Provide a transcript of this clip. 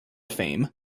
fame